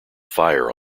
fire